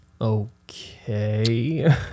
Okay